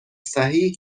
صحیح